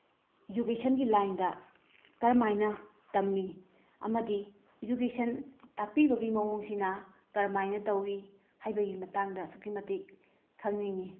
ꯏꯖꯨꯀꯦꯁꯟꯒꯤ ꯂꯥꯏꯟꯗ ꯀꯔꯝꯃꯥꯏꯅ ꯇꯝꯃꯤ ꯑꯃꯗꯤ ꯏꯖꯨꯀꯦꯁꯟ ꯇꯥꯛꯄꯤꯕꯒꯤ ꯃꯑꯣꯡꯁꯤꯅ ꯀꯔꯝꯃꯥꯏꯅ ꯇꯧꯋꯤ ꯍꯥꯏꯕꯒꯤ ꯃꯇꯥꯡꯗ ꯑꯁꯨꯛꯀꯤ ꯃꯇꯤꯛ ꯈꯪꯅꯤꯡꯉꯤ